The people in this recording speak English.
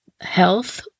health